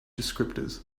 descriptors